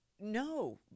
No